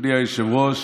אדוני היושב-ראש,